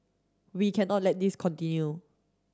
we cannot let this continue